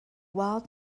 wild